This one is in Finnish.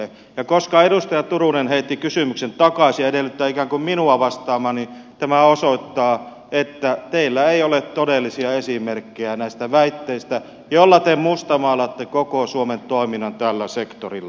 ja koska edustaja turunen heitti kysymyksen takaisin ja edellyttää ikään kuin minua vastaamaan niin tämä osoittaa että teillä ei ole todellisia esimerkkejä näistä väitteistä joilla te mustamaalaatte koko suomen toiminnan tällä sektorilla